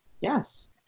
Yes